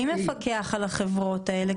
מי מפקח על החברות האלה?